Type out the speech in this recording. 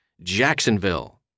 Jacksonville